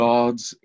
God's